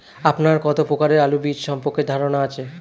আপনার কত প্রকারের আলু বীজ সম্পর্কে ধারনা আছে?